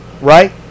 right